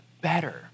better